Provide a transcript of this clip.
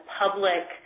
public